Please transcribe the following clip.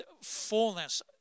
fullness